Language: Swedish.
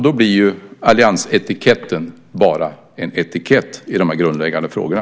Då blir ju alliansetiketten bara en etikett i de här grundläggande frågorna.